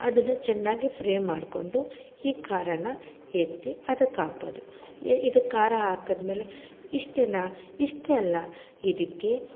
ಅದನ್ನು ಚೆನ್ನಾಗಿ ಫ್ರೈ ಮಾಡಿಕೊಂಡು ಈ ಖಾರನ ಎತ್ತಿ ಅದಕ್ಕೆ ಹಾಕೋದು ಇದು ಖಾರ ಹಾಕೋದು ಮೇಲೆ ಇಷ್ಟೆನ ಇಷ್ಟೆ ಅಲ್ಲ ಇದಕ್ಕೆ